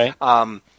Right